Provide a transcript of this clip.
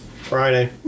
Friday